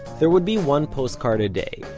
there would be one postcard a day,